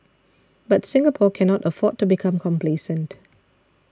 but Singapore cannot afford to become complacent